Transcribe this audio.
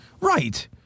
Right